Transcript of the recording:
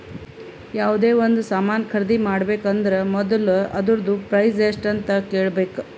ಯಾವ್ದೇ ಒಂದ್ ಸಾಮಾನ್ ಖರ್ದಿ ಮಾಡ್ಬೇಕ ಅಂದುರ್ ಮೊದುಲ ಅದೂರ್ದು ಪ್ರೈಸ್ ಎಸ್ಟ್ ಅಂತ್ ಕೇಳಬೇಕ